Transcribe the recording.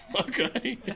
Okay